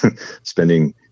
spending